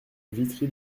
vitry